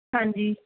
ਹਾਂਜੀ